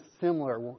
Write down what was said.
similar